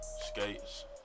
Skates